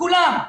כולם.